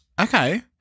Okay